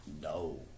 No